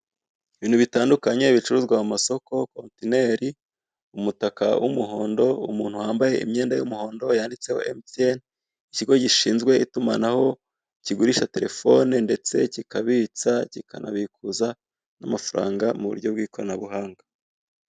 Ibintu bitandukanye bicururizwa mu masoko kontineri, umutaka w'umuhondo, umuntu wambaye imyenda y'umuhondo yanditseho emutiyeni, ikigo gishinzwe itumanaho kigurisha telefone ndetse kikabitsa kinabikuza n'amafaranga mu buryo bw'ikoranabuhanga.